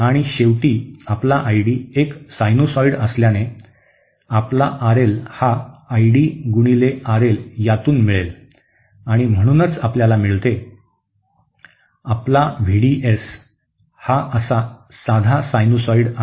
आणि शेवटी आपला आय डी एक सायनुसॉइड असल्याने आपला आरएल हा आय डी गुणिले आयएल यातून मिळेल आणि म्हणूनच आपल्याला मिळते आपला व्ही डी एस हा असा साधा सायनुसॉइड आहे